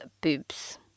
boobs